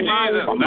Jesus